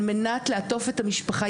על מנת לעטוף את המשפחה,